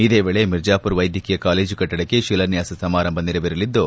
ಇದೇ ವೇಳೆ ಮಿರ್ಜಾಪುರ್ ವೈದ್ಯಕೀಯ ಕಾಲೇಜು ಕಟ್ಟಡಕ್ಕೆ ಶಿಲಾನ್ಯಾಸ ಸಮಾರಂಭ ನೆರವೇರಿಸಲಿದ್ದು